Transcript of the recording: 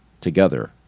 together